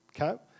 okay